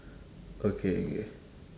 okay okay